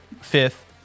fifth